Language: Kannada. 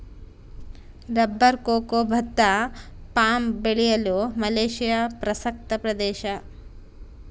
ರಬ್ಬರ್ ಕೊಕೊ ಭತ್ತ ಪಾಮ್ ಬೆಳೆಯಲು ಮಲೇಶಿಯಾ ಪ್ರಸಕ್ತ ಪ್ರದೇಶ